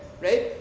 right